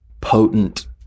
potent